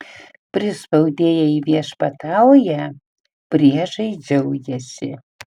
prispaudėjai viešpatauja priešai džiaugiasi